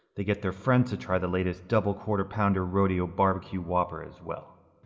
they get their friends to try the latest double quarter-pounder rodeo barbecue whopper as well.